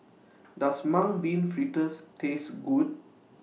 Does Mung Bean Fritters Taste Good